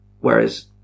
Whereas